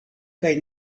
kaj